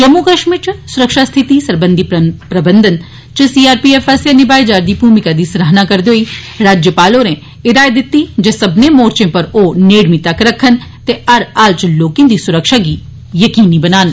जम्मू कश्मीर च सुरक्षा स्थिति सरबंधी प्रबघन च सी आर पी एफ आस्सेआ निभाई जारदी भूमिका दी सराहना करदे होई राज्यपाल होरे हिदायत दिती जे सब्बने मोर्चे पर ओ नेड़मी तक्क रक्खन ते हर हाल च लोकें दी सुरक्षा गी यकीनी बनान